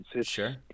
Sure